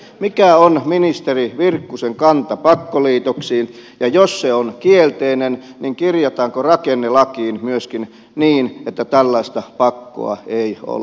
mikä on ministeri virkkusen kanta pakkoliitoksiin ja jos se on kielteinen niin kirjataanko rakennelakiin myöskin niin että tällaista pakkoa ei ole